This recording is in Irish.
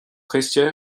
chiste